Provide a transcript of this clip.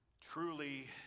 truly